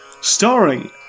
starring